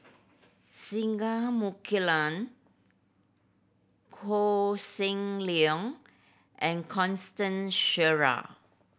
Singai Mukilan Koh Seng Leong and Constant Sheares